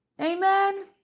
Amen